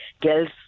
girls